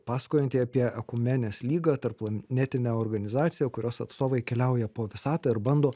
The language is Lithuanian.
pasakojantį apie akumenės lygą tarpplanetinę organizaciją kurios atstovai keliauja po visatą ir bando